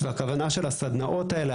והכוונה של הסדנאות האלה,